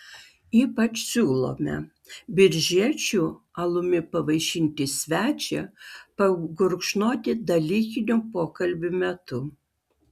ypač siūlome biržiečių alumi pavaišinti svečią pagurkšnoti dalykinių pokalbių metu